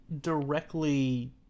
directly